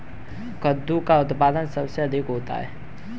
कद्दू का उत्पादन सबसे अधिक कहाँ होता है?